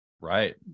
right